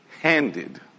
handed